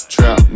Trap